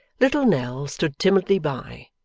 little nell stood timidly by,